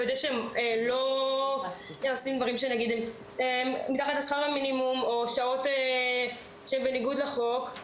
מוודאת שלא משלמים מתחת לשכר המינימום או מעסיקים בשעות בניגוד לחוק.